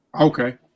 okay